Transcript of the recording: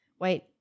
Wait